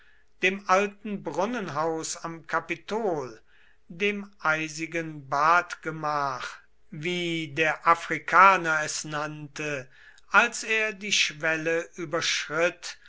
dem alten brunnenhaus am kapitol dem eisigen badgemach wie der afrikaner es nannte als er die schwelle überschritt